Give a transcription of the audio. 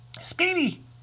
Speedy